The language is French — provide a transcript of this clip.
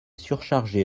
surchargé